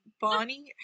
Bonnie